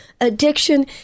addiction